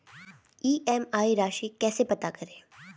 EMI राशि कैसे पता करें?